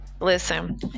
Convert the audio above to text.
listen